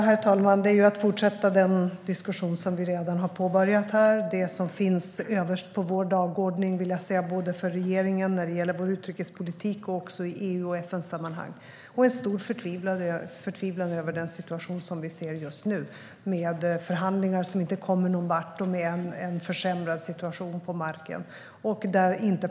Herr talman! Det är att fortsätta den diskussion som vi redan har påbörjat här. Det finns överst på vår dagordning, både för regeringen i sin utrikespolitik och i EU och FN-sammanhang. Vi känner stor förtvivlan inför den situation som vi ser just nu, med förhandlingar som inte kommer någon vart och med en försämrad situation på marken.